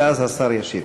ואז השר ישיב.